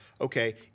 okay